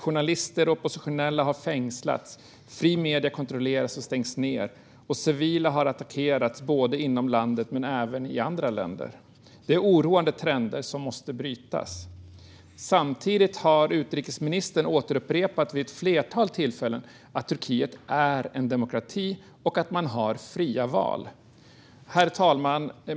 Journalister och oppositionella har fängslats. Fria medier kontrolleras och stängs ned. Civila har attackerats inom landet men även i andra länder. Det här är oroande trender som måste brytas. Samtidigt har utrikesministern vid ett flertal tillfällen upprepat att Turkiet är en demokrati och att man har fria val. Herr talman!